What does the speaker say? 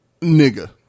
nigga